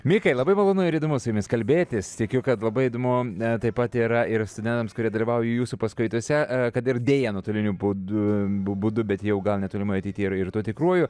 mikai labai malonu ir įdomu su jumis kalbėtis tikiu kad labai įdomu na taip pat yra ir studentams kurie dalyvauja jūsų paskaitose kad ir deja nuotoliniu būdu būdu bet jau gal netolimoje ateityje ir tuo tikruoju